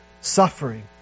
Suffering